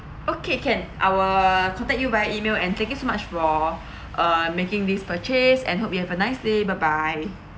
okay can I will contact you via email and thank you so much for uh making this purchase and hope you have a nice day bye bye